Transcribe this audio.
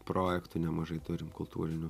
projektų nemažai turim kultūrinių